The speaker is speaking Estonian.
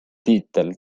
tiitel